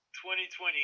2020